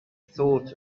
thought